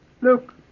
Look